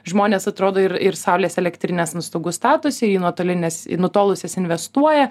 žmonės atrodo ir ir saulės elektrines ant stogų statosi į nuotolines į nutolusias investuoja